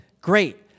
great